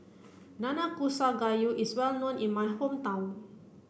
Nanakusa Gayu is well known in my hometown